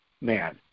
man